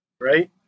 right